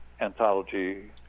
Anthology